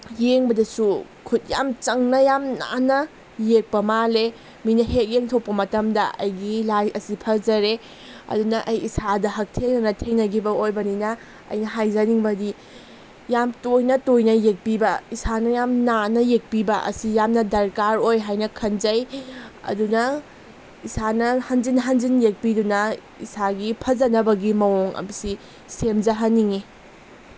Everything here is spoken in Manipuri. ꯌꯦꯡꯕꯗꯁꯨ ꯈꯨꯠ ꯌꯥꯝ ꯆꯪꯅ ꯌꯥꯝ ꯅꯥꯟꯅ ꯌꯦꯛꯄ ꯃꯥꯜꯂꯦ ꯃꯤꯅ ꯍꯦꯛ ꯌꯦꯡꯊꯣꯛꯄ ꯃꯇꯝꯗ ꯑꯩꯒꯤ ꯂꯥꯏ ꯑꯁꯤ ꯐꯖꯔꯦ ꯑꯗꯨꯅ ꯑꯩ ꯏꯁꯥꯗ ꯍꯛꯊꯦꯡꯅꯅ ꯊꯦꯡꯅꯈꯤꯕ ꯑꯣꯏꯕꯅꯤꯅ ꯑꯩꯅ ꯍꯥꯏꯖꯅꯤꯡꯕꯒꯤ ꯌꯥꯝ ꯇꯣꯏꯅ ꯇꯣꯏꯅ ꯌꯦꯛꯄꯤꯕ ꯏꯁꯥꯅ ꯌꯥꯝ ꯅꯥꯟꯅ ꯌꯦꯛꯄꯤꯕ ꯑꯁꯤ ꯑꯁꯤ ꯌꯥꯝꯅ ꯗꯔꯀꯥꯔ ꯑꯣꯏ ꯍꯥꯏꯅ ꯈꯟꯖꯩ ꯑꯗꯨꯅ ꯏꯁꯥꯅ ꯍꯟꯖꯤꯟ ꯍꯟꯖꯤꯟ ꯌꯦꯛꯄꯤꯗꯨꯅ ꯏꯁꯥꯒꯤ ꯐꯖꯅꯕꯒꯤ ꯃꯑꯣꯡ ꯑꯁꯤ ꯁꯦꯝꯖꯍꯟꯅꯤꯡꯏ